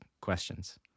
questions